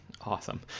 Awesome